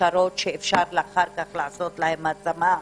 להכשרות שאפשר אחר כך לעשות להם השמה.